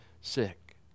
sick